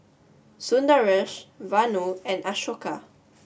Sundaresh Vanu and Ashoka